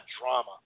drama